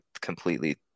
completely